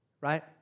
Right